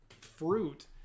fruit